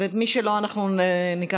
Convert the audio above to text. מי שלא, אנחנו ניקח,